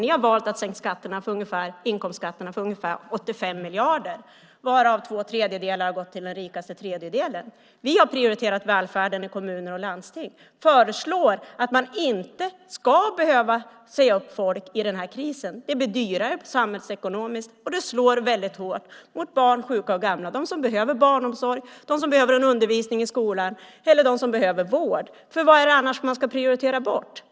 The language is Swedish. Ni har valt att sänka inkomstskatterna för ungefär 85 miljarder varav två tredjedelar har gått till den rikaste tredjedelen. Vi har prioriterat välfärden i kommuner och landsting och föreslår att man inte ska behöva säga upp folk i den här krisen. Det blir dyrare samhällsekonomiskt och det slår väldigt hårt mot barn, sjuka och gamla, mot dem som behöver barnomsorg, de som behöver undervisning i skolan och de som behöver vård. För vad är det annars man ska prioritera bort?